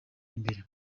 imbere